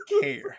care